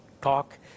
talk